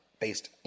based